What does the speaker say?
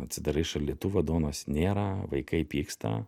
atsidarai šaldytuvą duonos nėra vaikai pyksta